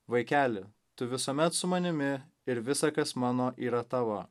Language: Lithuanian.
vaikeli tu visuomet su manimi ir visa kas mano yra tavo